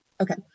Okay